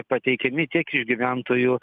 pateikiami tiek iš gyventojų